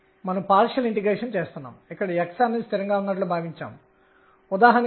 మునుపటి ఉపన్యాసంలో వ్రాస్తాను